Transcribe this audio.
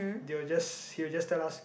they will just he will just tell us